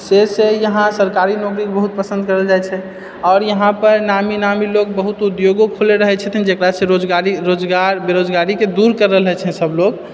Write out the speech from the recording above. से से इहाँ सरकारी नौकरी बहुत पसन्द करल जाइ छै आओर इहाँ पर नामी नामी लोग बहुत उद्योगो खोलने रहै छथिन जकरासँ रोजगारी रोजगार बेरोजगारी कऽ दूर करल हय छै सभलोग